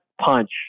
punch